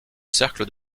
cercle